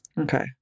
Okay